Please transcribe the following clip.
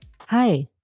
Hi